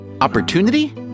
opportunity